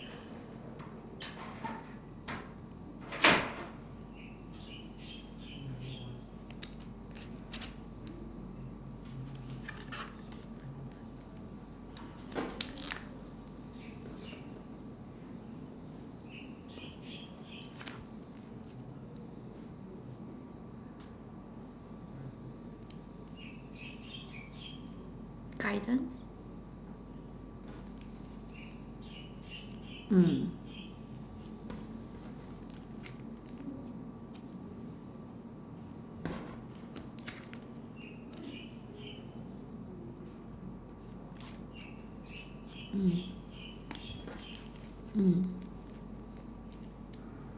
guidance mm mm mm